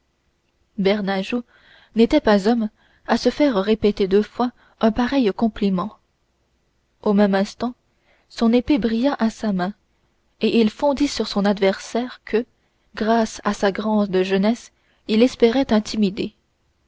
bernajoux n'était pas homme à se faire répéter deux fois un pareil compliment au même instant son épée brilla à sa main et il fondit sur son adversaire que grâce à sa grande jeunesse il espérait intimider